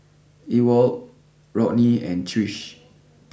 Ewald Rodney and Trish